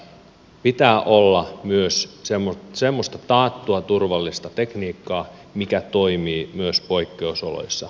pitää olla myös semmoista taattua turvallista tekniikkaa mikä toimii myös poikkeusoloissa